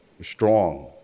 strong